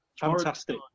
Fantastic